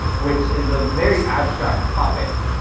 which is a very abstract topic.